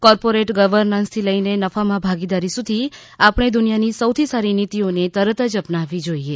corporate governance થી લઇને નફામાં ભાગીદારી સુધી આપણે દુનિયાની સૌથી સારી નીતિઓને તરત જ અપનાવવી જોઇએ